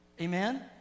Amen